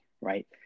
right